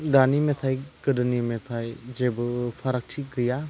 दानि मेथाइ गोदोनि मेथाइ जेबो फारागथि गैया